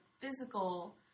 physical